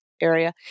area